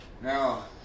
Now